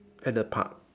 at the park